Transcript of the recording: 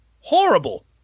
horrible